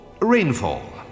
rainfall